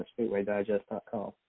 speedwaydigest.com